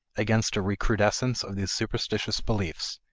against a recrudescence of these superstitious beliefs,